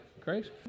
Great